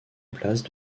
place